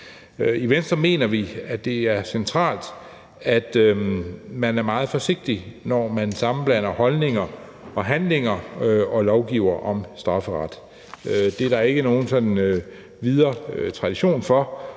I Venstre mener vi, at det er centralt, at man er meget forsigtig, når man sammenblander holdninger og handlinger og lovgiver om strafferet. Det er der ikke nogen sådan videre tradition for,